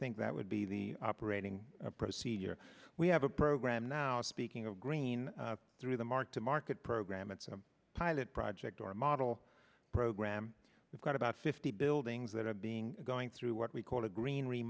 think that would be the operating procedure we have a program now speaking of green through the mark to market program it's a pilot project or a model program we've got about fifty buildings that are being going through what we call a green